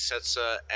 Setsa